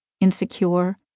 insecure